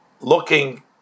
looking